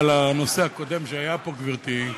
הקודם שהיה פה, גברתי.